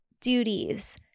duties